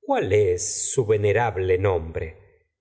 cuál es su edipo venerable nombre